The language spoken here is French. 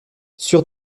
sûre